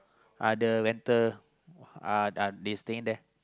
other rental uh this thing there